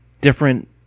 different